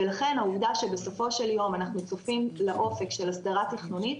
ולכן העובדה שבסופו של יום אנחנו צופים לאופק של הסדרה תכנונית,